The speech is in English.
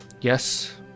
yes